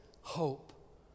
hope